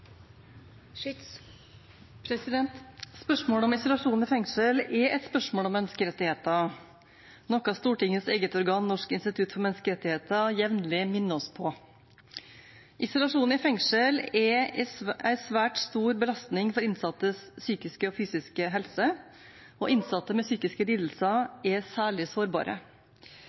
et spørsmål om menneskerettigheter, noe Stortingets eget organ, Norges institusjon for menneskerettigheter, jevnlig minner oss på. Isolasjon i fengsel er en svært stor belastning for innsattes fysiske og psykiske helse, og innsatte med psykiske lidelser er særlig sårbare.